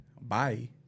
Bye